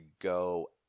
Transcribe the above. go